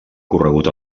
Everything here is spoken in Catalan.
ocorregut